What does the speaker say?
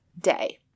Day